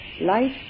Life